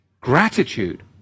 Gratitude